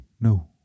No